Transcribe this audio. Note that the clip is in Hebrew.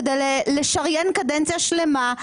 כדי לשריין קדנציה שלמה,